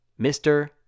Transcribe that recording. Mr